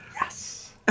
Yes